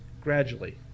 gradually